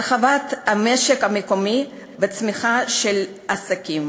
הרחבת המשק המקומי וצמיחה של עסקים.